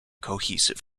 cohesive